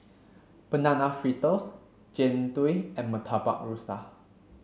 banana fritters jian dui and murtabak rusa